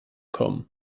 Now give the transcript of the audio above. kommen